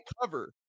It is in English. cover